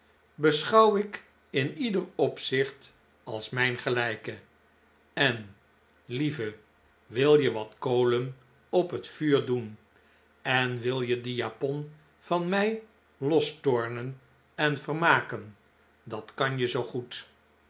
beschouw ik in ieder opzicht als mijn gelijke en lieve wil je wat kolen op het vuur doen en wil je die japon van mij lostornen en vermaken dat kan je zoo goed